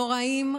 הנוראיים,